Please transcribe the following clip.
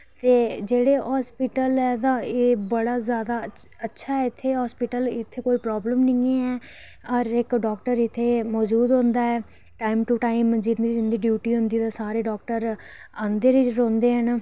ते जेह्ड़ा हॉस्पिटल ऐ ते एह् बड़ा जादा अच्छा ऐ हॉस्पिटल इत्थै कोई प्रॉब्लम निं ऐ हर इक डॉक्टर इत्थै मौजूद होंदा ऐ टाईम टू टाईम जिं'दी ड्यूटीं होंदी ओह् सारे डॉक्टर आंदे रौंह्दे न